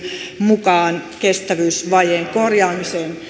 mukaan kestävyysvajeen korjaamiseen